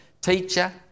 teacher